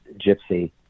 gypsy